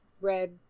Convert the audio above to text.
red